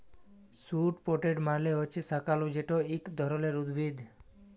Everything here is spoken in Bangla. স্যুট পটেট মালে হছে শাঁকালু যেট ইক ধরলের উদ্ভিদ